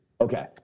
Okay